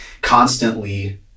constantly